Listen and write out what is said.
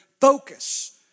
focus